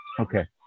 Okay